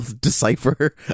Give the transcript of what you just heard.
decipher